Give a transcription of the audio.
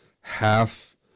half